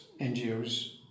NGOs